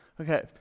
Okay